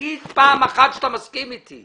תגיד פעם אחת שאתה מסכים אתי.